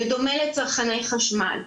בדומה לצרכני חשמל,